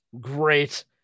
great